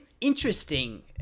interesting